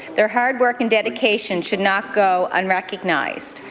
their hard work and dedication should not go unrecognized.